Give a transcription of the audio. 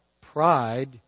pride